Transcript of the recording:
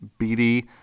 BD